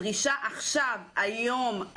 הדרישה עכשיו, היום,